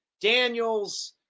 Daniels